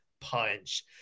punch